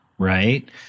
right